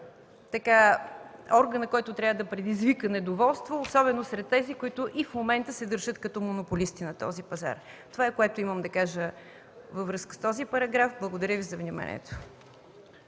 органът, който трябва да предизвика недоволство, особено сред онези, които и в момента се държат като монополисти на този пазар. Това е, което имам да кажа във връзка с този параграф. Благодаря Ви за вниманието.